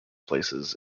places